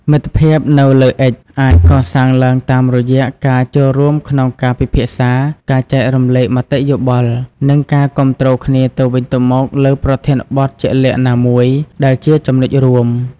មិត្តភាពនៅលើអិចអាចកសាងឡើងតាមរយៈការចូលរួមក្នុងការពិភាក្សា ការចែករំលែកមតិយោបល់ និងការគាំទ្រគ្នាទៅវិញទៅមកលើប្រធានបទជាក់លាក់ណាមួយ ដែលជាចំណុចរួម។